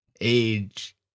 Age